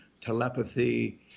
Telepathy